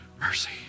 mercy